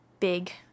big